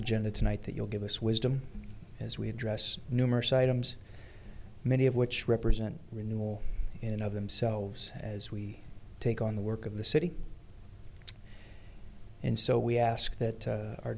agenda tonight that you'll give us wisdom as we address numerous items many of which represent renewal in and of themselves as we take on the work of the city and so we ask that